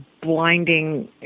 blinding